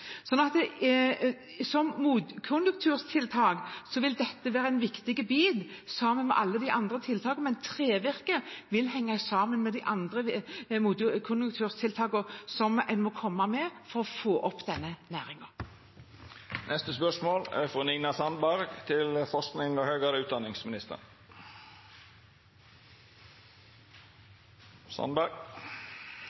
Som motkonjunkturtiltak vil dette være en viktig bit sammen med alle de andre tiltakene, men trevirke vil henge sammen med de andre motkonjunkturtiltakene en må komme med for å få opp denne næringen. Det skal ikke handle om store maskiner, men om store institusjoner: «Regjeringen skal gjenåpne samfunnet gradvis og